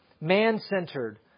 man-centered